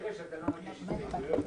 אני אומר --- להגיש הסתייגויות.